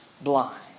blind